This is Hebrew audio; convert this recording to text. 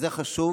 וזה חשוב